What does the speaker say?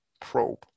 probe